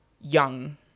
young